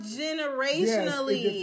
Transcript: generationally